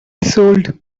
sold